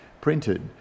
printed